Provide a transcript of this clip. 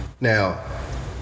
Now